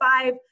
five